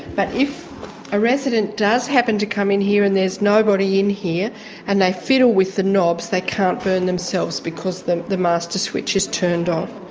but if a resident does happen to come in here and there's nobody in here and they fiddle with the knobs they can't burn themselves because the the master switch is turned off.